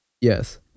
yes